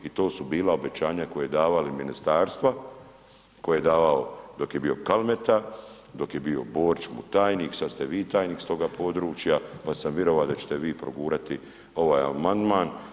I to su bila obećanja koje su davala ministarstva, koje je davalo dok je bio Kalmeta, dok je bio Borić mu tajnik, sad ste vi tajnik sa toga područja pa sam vjerovao da ćete vi pogurati ovaj amandman.